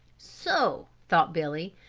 so, thought billy,